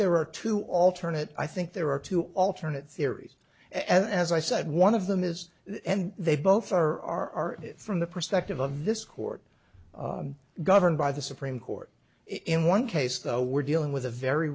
there are two alternate i think there are two alternate theories as i said one of them is and they both are from the perspective of this court governed by the supreme court in one case though we're dealing with a very